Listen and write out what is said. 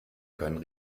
können